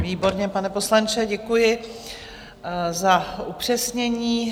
Výborně, pane poslanče, děkuji za upřesnění.